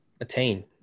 attain